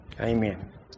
Amen